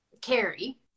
carry